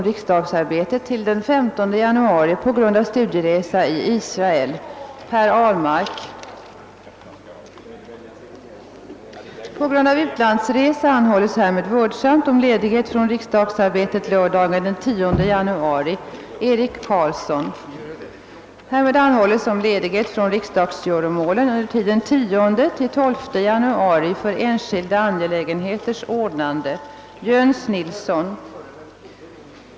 Jag tackar å egna och herrar vice talmäns vägnar för det förtroende som talmansvalen innebär för oss.